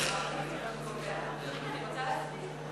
רגע, אני רוצה להסביר.